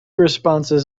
responses